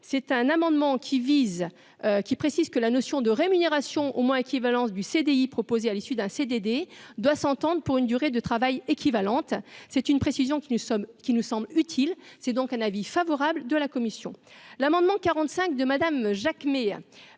c'est un amendement qui vise, qui précise que la notion de rémunération au moins équivalence du CDI proposés à l'issue d'un CDD doit s'entendent pour une durée de travail équivalente c'est une précision qui nous sommes, qui nous semble utile, c'est donc un avis favorable de la commission, l'amendement quarante-cinq